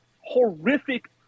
horrific